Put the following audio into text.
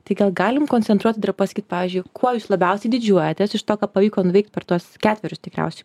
tai ką galim koncentruot dar pasakyt pavyzdžiui kuo jūs labiausiai didžiuojatės iš to ką pavyko nuveikt per tuos ketverius tikriausiai